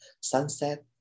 sunset